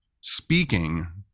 speaking